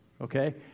Okay